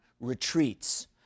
retreats